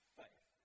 faith